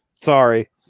Sorry